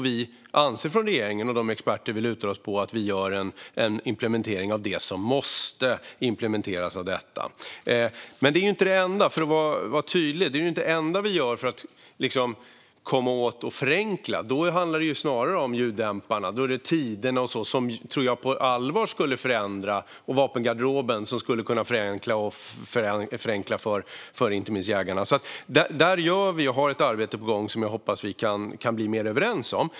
Vi i regeringen, och de experter vi lutar oss mot, anser att vi gör en implementering av det som måste implementeras av detta. För att vara tydlig vill jag säga att detta inte är det enda vi gör för att förenkla. Det handlar snarare om ljuddämparna. Det är tiderna, vapengarderoben och så vidare som jag tror på allvar skulle kunna förändra och förenkla för inte minst jägarna. Där har vi alltså ett arbete på gång, som jag hoppas att vi kan bli mer överens om.